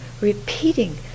repeating